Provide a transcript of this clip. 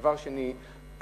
דבר שני,